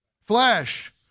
Flesh